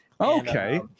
okay